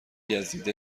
گزیده